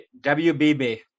WBB